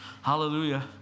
Hallelujah